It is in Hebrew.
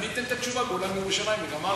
אני אתן את התשובה באולם "ירושלים" וגמרנו,